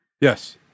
Yes